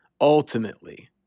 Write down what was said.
ultimately